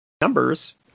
numbers